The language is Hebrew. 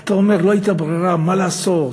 אתה אומר: לא הייתה ברירה, מה לעשות.